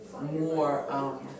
More